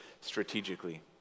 strategically